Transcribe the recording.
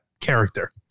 character